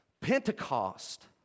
Pentecost